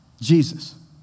Jesus